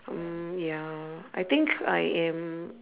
mm ya I think I am